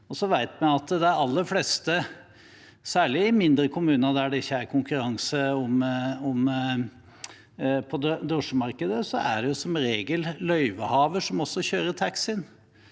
Så vet vi at i de aller fleste kommuner, særlig i mindre kommuner der det ikke er konkurranse på drosjemarkedet, er det som regel løyvehaver som også kjører taxien.